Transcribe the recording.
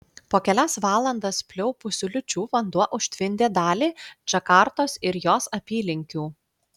po kelias valandas pliaupusių liūčių vanduo užtvindė dalį džakartos ir jos apylinkių